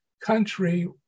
country